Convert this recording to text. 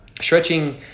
Stretching